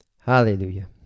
Hallelujah